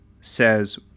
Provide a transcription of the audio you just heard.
says